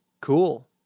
Cool